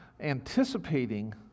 anticipating